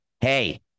Hey